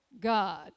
God